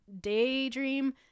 daydream